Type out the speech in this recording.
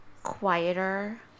quieter